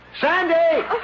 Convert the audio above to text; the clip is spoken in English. Sandy